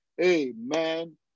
Amen